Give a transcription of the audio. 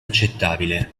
accettabile